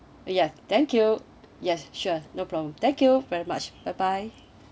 ya thank you yes sure no problem thank you very much bye bye